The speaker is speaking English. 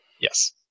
Yes